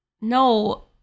No